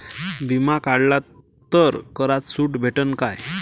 बिमा काढला तर करात सूट भेटन काय?